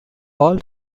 all